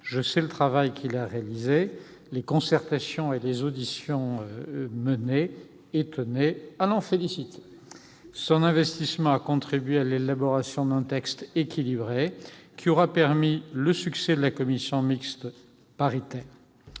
Je sais le travail qu'il a réalisé, les concertations et les auditions qu'il a menées : qu'il en soit félicité ! Son investissement a contribué à l'élaboration d'un texte équilibré, qui aura permis le succès de la commission mixte paritaire.